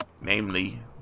Namely